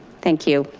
thank you.